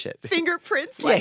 fingerprints